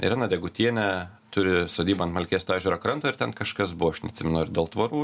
irena degutienė turi sodybą ant malkėsto ežero kranto ir ten kažkas buvo aš neatsimenu ar dėl tvorų